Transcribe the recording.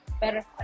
Better